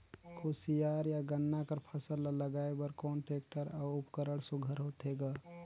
कोशियार या गन्ना कर फसल ल लगाय बर कोन टेक्टर अउ उपकरण सुघ्घर होथे ग?